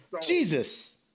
Jesus